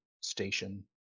station